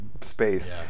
space